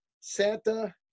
Santa